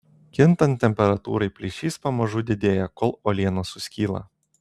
kintant temperatūrai plyšys pamažu didėja kol uoliena suskyla